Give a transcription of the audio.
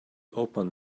open